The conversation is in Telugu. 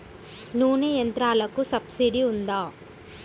నూనె యంత్రాలకు సబ్సిడీ ఉందా?